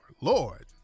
Lord